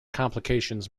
complications